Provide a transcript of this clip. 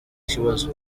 kibazo